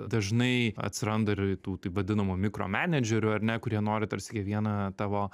dažnai atsiranda ir tų taip vadinamų mikro menedžerių ar ne kurie nori tarsi kiekvieną tavo